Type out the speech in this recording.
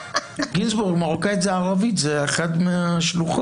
גינזבורג, מרוקאית זה ערבית, זו אחת מהשלוחות.